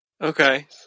Okay